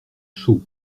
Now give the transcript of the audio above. chaud